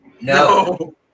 no